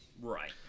Right